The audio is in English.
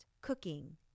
cooking